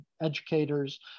educators